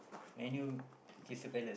Man-U Crystal Palace